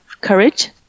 courage